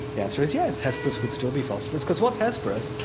the answer is yes, hesperus would still be phosphorus because what's hesperus?